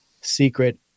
secret